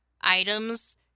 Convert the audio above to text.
items